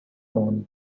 own